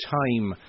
time